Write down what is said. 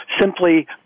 Simply